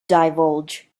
divulge